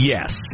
Yes